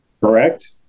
correct